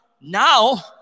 Now